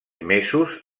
mesos